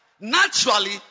naturally